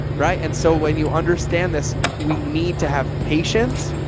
right. and so when you understand this, we need to have patience.